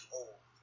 old